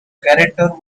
character